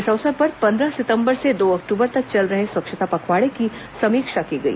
इस अवसर पर पंद्रह सितंबर से दो अक्टूबर तक चल रहे स्वच्छता पखवाड़े की समीक्षा की गई